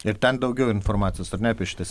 ir ten daugiau informacijos apie šitas